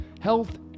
Health